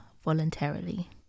voluntarily